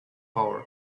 power